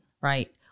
right